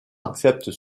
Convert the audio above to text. acceptent